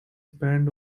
spanned